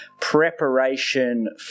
preparation